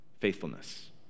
faithfulness